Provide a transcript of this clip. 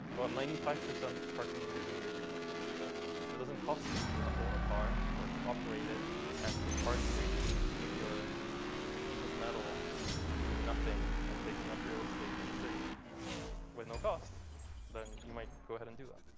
about ninety five percent of car commuters enjoy free parking. so if it doesn't cost you you to own a car or to operate it and you can park free you can leave your piece of metal doing nothing and taking up real estate in a city with no cost then you might go ahead and do that.